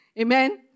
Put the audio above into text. Amen